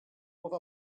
with